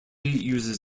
uses